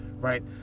right